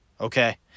Okay